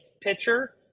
pitcher